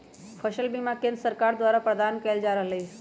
फसल बीमा केंद्र सरकार द्वारा प्रदान कएल जा रहल हइ